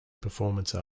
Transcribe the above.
performance